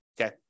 okay